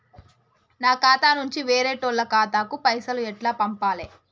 నా ఖాతా నుంచి వేరేటోళ్ల ఖాతాకు పైసలు ఎట్ల పంపాలే?